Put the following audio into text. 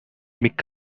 மிக்க